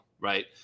right